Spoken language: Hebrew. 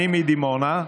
אני מדימונה,